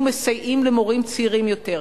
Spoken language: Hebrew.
ומסייעים למורים צעירים יותר.